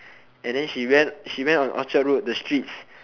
and then she went she went on orchard road the streets